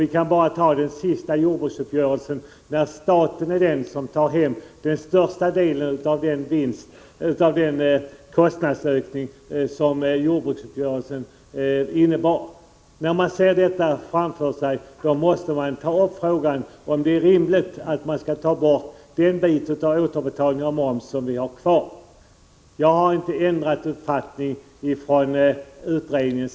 Vi kan titta på den senaste jordbruksuppgörelsen. Staten är den som tar hem den största delen av den kostnadsökning som jordbruksuppgörelsen innebär. När man ser detta framför sig måste man ställa frågan om det är rimligt att ta bort den bit av återbetalningen av moms som vi har kvar. Jag har inte ändrat uppfattning sedan utredningen.